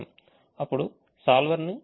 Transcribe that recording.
అప్పుడు solver ను పిలవండి